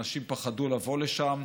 ואנשים פחדו לבוא לשם.